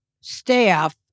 staff